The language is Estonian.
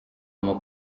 oma